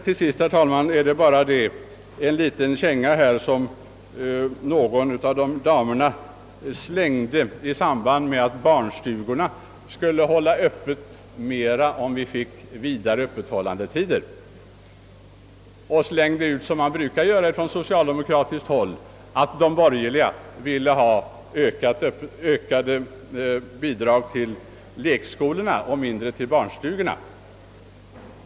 Slutligen gav någon av damerna här en liten känga i samband mad att barnstugorna skulle hålla öppet längre, om vi fick ökade öppethållandetider. Som man brukar göra från socialdemokra tiskt håll slängde hon ut att de borgerliga ville ha ökade bidrag till lekskolorna och mindre bidrag till barnstugorna.